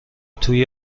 توی